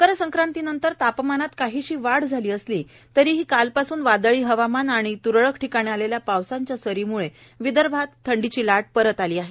मकर संक्रांतीनंतर तापमानात काहीशी वाढ झाली असली तरीही कालपासून वादळी हवामान आणि त्रळक ठिकाणी आलेल्या पावसाच्या सरींमुळे विदर्भात थंडीची लाट परत आली आहे